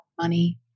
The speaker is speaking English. money